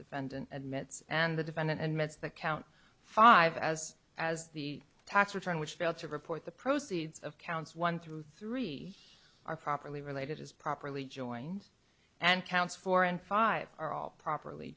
defendant admits and the defendant and myths that count five as as the tax return which failed to report the proceeds of counts one through three are properly related as properly joined and counts four and five are all properly